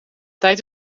tijd